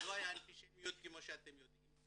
לא הייתה אנטישמיות כמו שאתם יודעים,